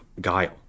guile